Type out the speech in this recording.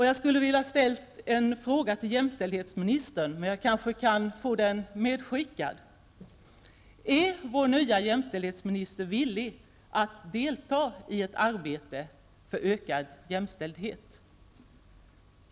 Jag skulle ha velat ställa en fråga till jämställdhetsministern, men jag kanske kan få den medskickat: Är vår nya jämställdhetsminister villig att delta i ett arbete för ökad jämställdhet?